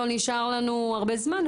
לא נשאר לנו הרבה זמן,